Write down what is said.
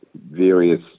various